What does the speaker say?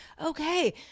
okay